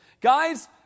Guys